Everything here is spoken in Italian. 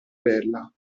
bella